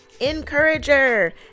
Encourager